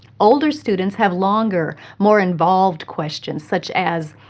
older students have longer, more involved questions, such as,